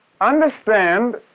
Understand